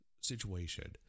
situation